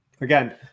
again